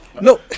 No